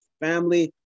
family